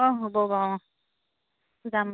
অঁ হ'ব বাৰু অঁ যাম